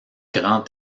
grand